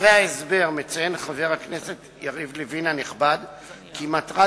בדברי ההסבר מציין חבר הכנסת יריב לוין הנכבד כי מטרת